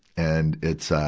and it's, ah,